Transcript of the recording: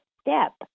step